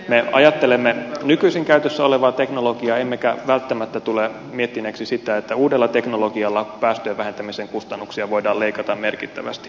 me ajattelemme nykyisin käytössä olevaa teknologiaa emmekä välttämättä tule miettineeksi sitä että uudella teknologialla päästöjen vähentämisen kustannuksia voidaan leikata merkittävästi